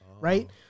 right